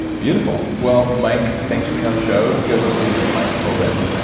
beautiful. well mike, thanks for being on the show. you guys are listening to mike hoban,